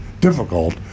difficult